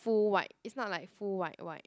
full white it's not like full white white